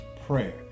prayer